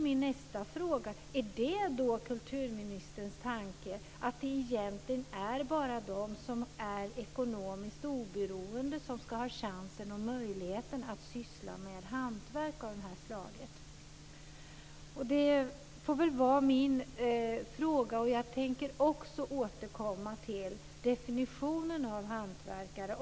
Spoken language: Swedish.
Min nästa fråga blir därför: Är det kulturministerns tanke att det egentligen bara är de som är ekonomiskt oberoende som ska ha chansen och möjligheten att syssla med hantverk av det här slaget? Detta får blir min fråga. Jag tänker också återkomma till definitionen på hantverkare.